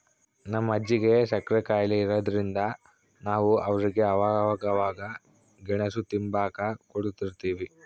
ನಮ್ ಅಜ್ಜಿಗೆ ಸಕ್ರೆ ಖಾಯಿಲೆ ಇರಾದ್ರಿಂದ ನಾವು ಅವ್ರಿಗೆ ಅವಾಗವಾಗ ಗೆಣುಸು ತಿಂಬಾಕ ಕೊಡುತಿರ್ತೀವಿ